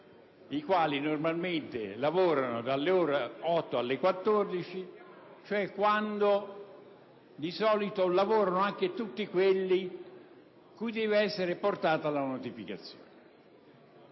i quali normalmente lavorano dalle ore 8 alle ore 14, ovvero quando di solito lavorano anche tutti quelli cui deve essere portata la notificazione.